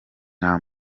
nta